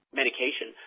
medication